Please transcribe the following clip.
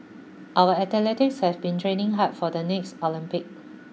our athletes have been training hard for the next Olympic